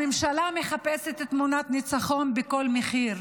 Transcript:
הממשלה מחפשת תמונת ניצחון בכל מחיר,